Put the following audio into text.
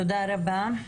תודה רבה.